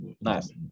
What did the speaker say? Nice